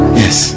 yes